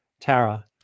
Tara